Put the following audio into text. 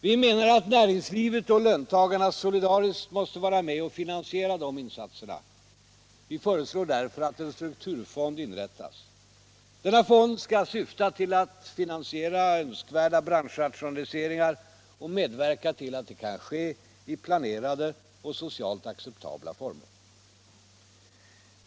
Vi menar att näringslivet och löntagarna solidariskt måste vara med och finansiera de insatserna. Vi föreslår därför att en strukturfond inrättas. Denna fond skall syfta till att finansiera önskvärda branschrationaliseringar och medverka till att de kan ske i planerade och socialt acceptabla former.